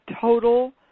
total